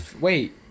Wait